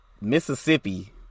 Mississippi